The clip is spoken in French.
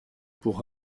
pour